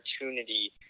opportunity